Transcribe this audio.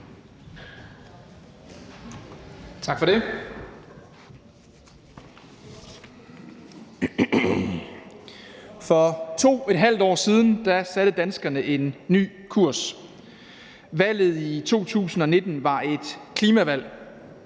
Tak for det. For to et halvt år siden satte danskerne en ny kurs. Valget i 2019 var et klimavalg.